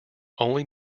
only